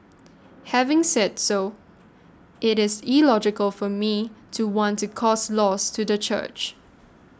having said so it is illogical for me to want to cause loss to the church